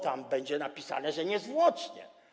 Tam będzie napisane, że niezwłocznie.